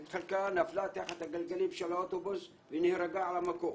נפלה תחת הגלגלים של האוטובוס ונהרגה על המקום.